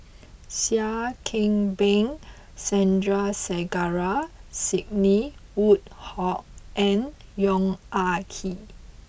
Seah Kian Peng Sandrasegaran Sidney Woodhull and Yong Ah Kee